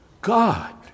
God